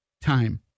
time